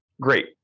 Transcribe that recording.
Great